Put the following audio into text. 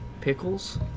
Pickles